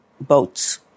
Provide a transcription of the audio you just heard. boats